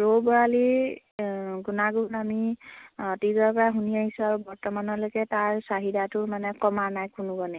ৰৌ বৰালিৰ গুণাগুণ আমি অতীজৰে পৰা শুনি আহিছোঁ আৰু বৰ্তমানলৈকে তাৰ চাহিদাটো মানে কমা নাই কোনো গুণে